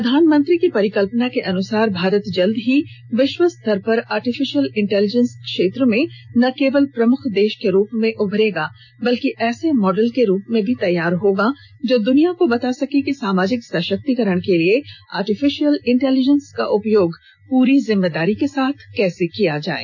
प्रधानमंत्री की परिकल्पना के अनुसार भारत जल्दी ही विश्व स्तर पर आर्टिफिशियल इंटेलिजेंस क्षेत्र में न केवल प्रमुख देश के रूप में उभरेगा बल्कि ऐसे मॉडल के रूप में भी तैयार होगा जो दुनिया को बता सके कि सामाजिक सशक्तीकरण के लिए आर्टिफिशियल इंटेलिजेंस का उपयोग पूरी जिम्मेदारी के साथ कैसे किया जाये